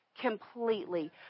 completely